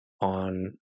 on